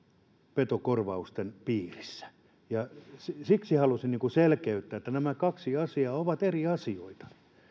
petokorvausten piirissä ja siksi halusin selkeyttää että nämä kaksi asiaa ovat eri asioita